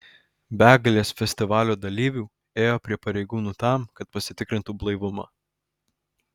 begalės festivalio dalyvių ėjo prie pareigūnų tam kad pasitikrintu blaivumą